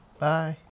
Bye